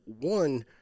one